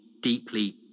deeply